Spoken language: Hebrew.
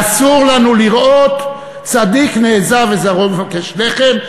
ואסור לנו לראות צדיק נעזב וזרעו מבקש לחם,